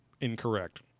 incorrect